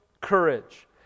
courage